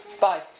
Bye